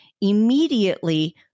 immediately